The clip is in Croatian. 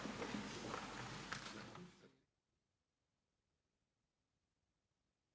Hvala vam.